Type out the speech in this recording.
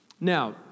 Now